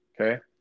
okay